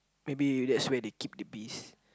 maybe that's where they keep the bees